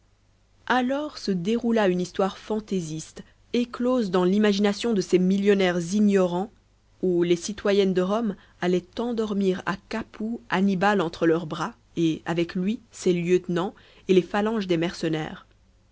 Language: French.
alors se déroula une histoire fantaisiste éclose dans l'imagination de ces millionnaires ignorants où les citoyennes de rome allaient endormir à capoue annibal entre leurs bras et avec lui ses lieutenants et les phalanges des mercenaires